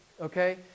okay